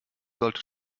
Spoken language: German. sollte